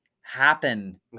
happen